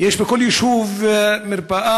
יש בכל יישוב מרפאה